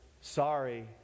sorry